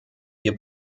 wir